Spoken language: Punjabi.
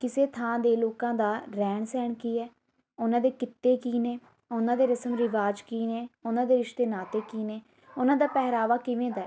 ਕਿਸੇ ਥਾਂ ਦੇ ਲੋਕਾਂ ਦਾ ਰਹਿਣ ਸਹਿਣ ਕੀ ਹੈ ਉਹਨਾਂ ਦੇ ਕਿੱਤੇ ਕੀ ਨੇ ਉਹਨਾਂ ਦੇ ਰਸਮ ਰਿਵਾਜ਼ ਕੀ ਨੇ ਉਹਨਾਂ ਦੇ ਰਿਸ਼ਤੇ ਨਾਤੇ ਕਿ ਨੇ ਉਹਨਾਂ ਦਾ ਪਹਿਰਾਵਾ ਕਿਵੇਂ ਦਾ